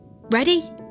Ready